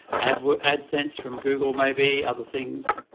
and adsense from google, maybe other things?